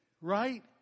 right